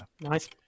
Nice